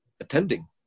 attending